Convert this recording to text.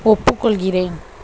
ஒப்புக்கொள்கிறேன்